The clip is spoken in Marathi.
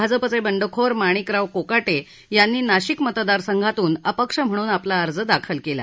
भाजपचे बंडखारे माणिक राव कोकाटे यांनी नाशिक मतदारसंघातून अपक्ष म्हणून आपला अर्ज दाखल केला